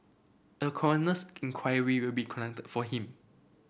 a coroner's inquiry will be conducted for him